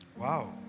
Wow